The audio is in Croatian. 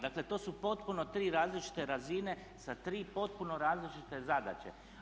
Dakle to su potpuno tri različite razine sa tri potpuno različite zadaće.